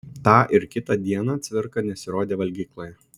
tą ir kitą dieną cvirka nesirodė valgykloje